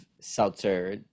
seltzer